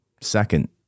second